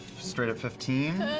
straight up fifteen.